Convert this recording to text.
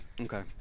Okay